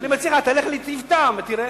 אני מציע לך, תלך ל"טיב טעם" ותראה.